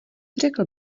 řekl